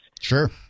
Sure